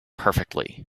perfectly